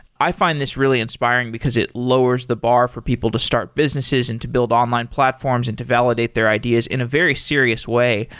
i find this really inspiring because it lowers the bar for people to start businesses and to build online platforms and to validate their ideas in a very serious way.